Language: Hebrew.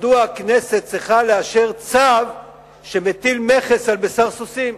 מדוע הכנסת צריכה לאשר צו שמטיל מכס על בשר סוסים?